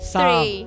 three